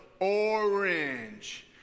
orange